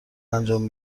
انجام